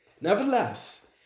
Nevertheless